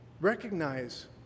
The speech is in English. Recognize